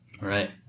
Right